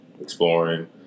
exploring